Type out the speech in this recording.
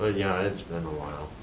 ah yeah it's been a while.